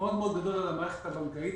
מאוד מאוד גדול על המערכת הבנקאית,